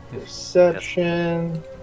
perception